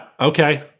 Okay